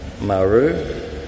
maru